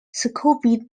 scooby